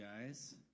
guys